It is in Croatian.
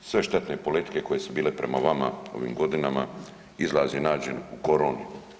Sve štetne politike koje su bile prema vama u ovim godinama, izlaz je nađen u koroni.